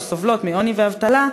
שסובלות מעוני ואבטלה,